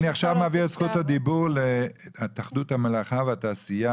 אני עכשיו מעביר את זכות הדיבור להתאחדות המלאכה והתעשייה,